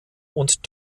und